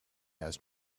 has